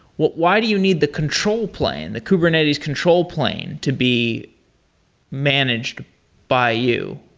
why do you need the control plane, the kubernetes control plane, to be managed by you?